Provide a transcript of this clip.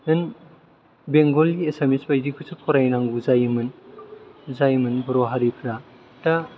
बेंगलि एसामिस बायदिखौसो फरायनांगौ जायोमोन बर' हारिफ्रा दा